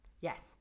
Yes